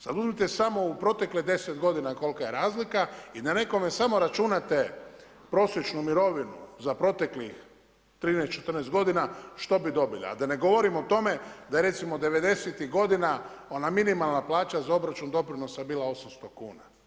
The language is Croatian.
Sad uzmite samo u proteklih 10 godina kolika je razlika i da nekome samo računate prosječnu mirovinu za proteklih 13, 14 godina što bi dobili, a da ne govorim o tome da je recimo 90-tih godina ona minimalna plaća za obračun doprinosa bila 800 kuna.